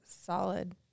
solid